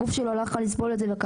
הגוף שלו לא יכול לסבול את זה וקרס.